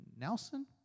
Nelson